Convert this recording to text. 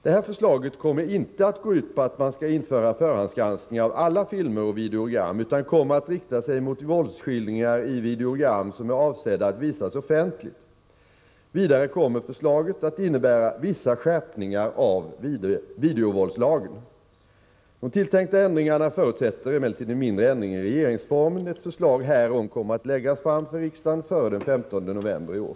Detta förslag kommer inte att gå ut på att man skall införa förhandsgranskning av alla filmer och videogram utan kommer att rikta sig mot våldsskildringar i videogram som är avsedda att visas offentligt. Vidare kommer förslaget att innebära vissa skärpningar av videovåldslagen. De tilltänkta ändringarna förutsätter emellertid en mindre ändring i regeringsformen. Ett förslag härom kommer att läggas fram för riksdagen före den 15 november i år.